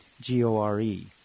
G-O-R-E